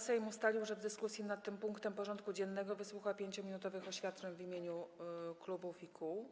Sejm ustalił, że w dyskusji nad tym punktem porządku dziennego wysłucha 5-minutowych oświadczeń w imieniu klubów i kół.